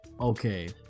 Okay